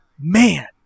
man